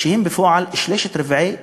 בפועל שלושת-רבעי משרה,